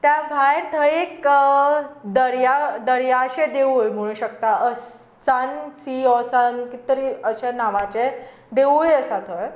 त्या भायर थंय एक दर्या दर्याचें देवूळ म्हणूंक शकता सन सी ऑर सन कितें तरी अशें नांवाचें देवूळ आसा थंय